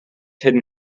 hidden